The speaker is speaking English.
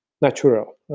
natural